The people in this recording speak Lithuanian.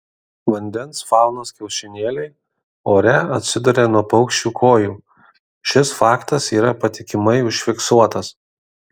vandens faunos kiaušinėliai ore atsiduria nuo paukščių kojų šis faktas yra patikimai užfiksuotas